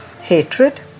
hatred